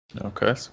Okay